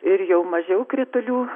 ir jau mažiau kritulių